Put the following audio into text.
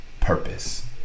purpose